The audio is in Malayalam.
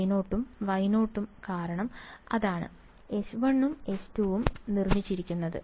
J0 ഉം Y0 ഉം കാരണം അതാണ് H1 ഉം H2 ഉം നിർമ്മിച്ചിരിക്കുന്നത്